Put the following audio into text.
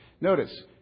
Notice